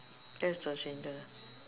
that's the strangest